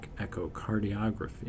echocardiography